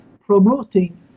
promoting